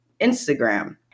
Instagram